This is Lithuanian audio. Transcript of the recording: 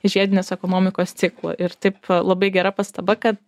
žiedinės ekonomikos ciklą ir taip labai gera pastaba kad